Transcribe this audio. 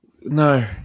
No